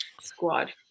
squad